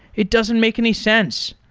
it doesn't make any sense.